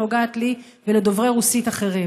שנוגעת לי ולדוברי רוסית אחרים.